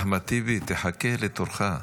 אחמד טיבי, תחכה לתורך.